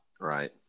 Right